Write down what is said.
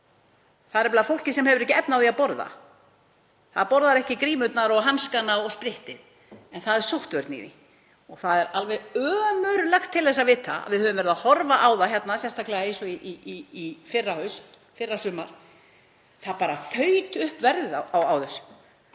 fólk sem hefur ekki efni á því að borða og það borðar ekki grímurnar og hanskana og sprittið. En það er sóttvörn í því. Það er alveg ömurlegt til þess að vita að við höfum horft upp á það hér, sérstaklega eins og í fyrrasumar, að verðið á þessu